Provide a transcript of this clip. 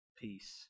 peace